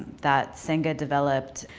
that senga developed.